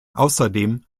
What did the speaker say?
außerdem